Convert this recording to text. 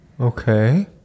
Okay